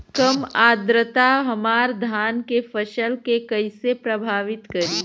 कम आद्रता हमार धान के फसल के कइसे प्रभावित करी?